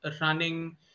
running